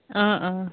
অঁ অঁ